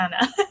Anna